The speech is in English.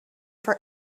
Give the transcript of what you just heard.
for